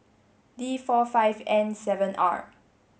D four five N seven R